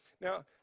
Now